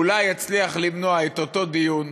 אולי יצליח למנוע את אותו דיון,